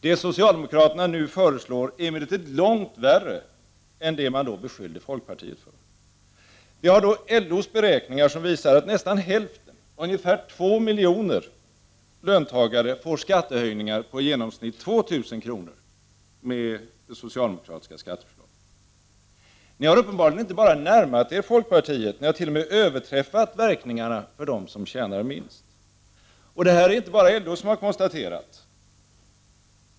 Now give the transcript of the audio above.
Vad socialdemokraterna nu föreslår är emellertid långt värre än det som man då beskyllde folkpartiet för. LO:s beräkningar visar att nästan hälften, ungefär två miljoner löntagare, får skattehöjningar på i genomsnitt 2 000 kr. med det socialdemokratiska skatteförslaget. Ni har uppenbarligen inte bara närmat er folkpartiet, utan ni har t.o.m.också överträffat verkningarna för dem som tjänar minst. Det här har inte bara LO konstaterat.